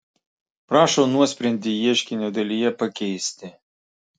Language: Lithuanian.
prašo nuosprendį ieškinio dalyje pakeisti